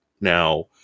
now